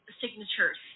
signatures